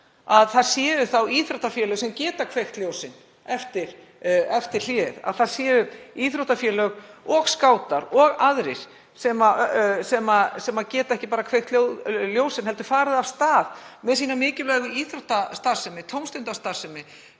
það væru íþróttafélög sem gætu kveikt ljósin eftir hlé, það væru íþróttafélög og skátar og aðrir sem gætu, ekki bara kveikt ljósin heldur farið af stað með sína mikilvægu íþróttastarfsemi, tómstundastarfsemi